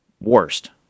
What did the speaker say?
Worst